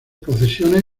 procesiones